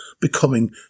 becoming